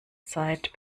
zeit